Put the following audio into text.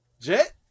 Jet